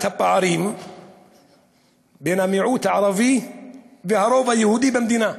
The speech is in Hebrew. הפערים בין המיעוט הערבי והרוב היהודי במדינה.